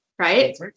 right